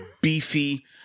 beefy